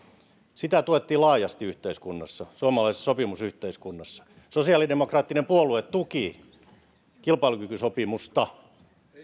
sitä tuettiin laajasti yhteiskunnassa suomalaisessa sopimusyhteiskunnassa sosiaalidemokraattinen puolue tuki kilpailukykysopimusta